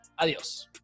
Adiós